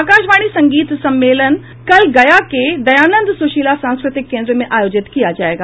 आकाशवाणी संगीत सम्मेलन कल गया के दयानंद सुशीला सांस्कृतिक केन्द्र में आयोजित किया जायेगा